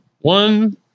one